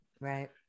right